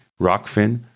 Rockfin